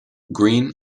green